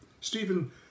Stephen